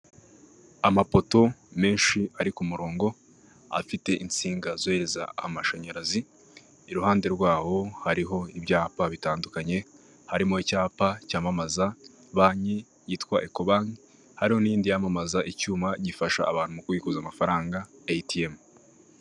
Amapoto menshi ari ku murongo afite insinga zoza amashanyarazi iruhande rwawo hariho ibyapa bitandukanye harimo icyapa cyamamaza banki yitwa ecobank hari n'indi i yamamaza icyuma gifasha abantu kwikuza amafaranga ahitiyemo.